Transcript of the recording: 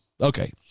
Okay